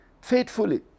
faithfully